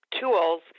tools